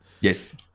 Yes